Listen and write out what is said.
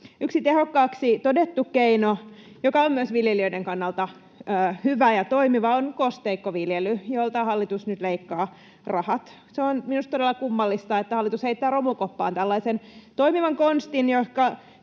Yksi tehokkaaksi todettu keino, joka on myös viljelijöiden kannalta hyvä ja toimiva, on kosteikkoviljely, jolta hallitus nyt leikkaa rahat. Se on minusta todella kummallista, että hallitus heittää romukoppaan tällaisen toimivan konstin,